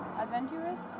adventurous